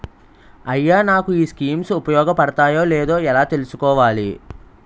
అయ్యా నాకు ఈ స్కీమ్స్ ఉపయోగ పడతయో లేదో ఎలా తులుసుకోవాలి?